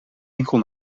enkel